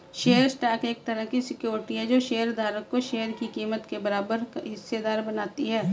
share stock एक तरह की सिक्योरिटी है जो शेयर धारक को शेयर की कीमत के बराबर हिस्सेदार बनाती है